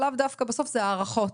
בסוף זה הערכות.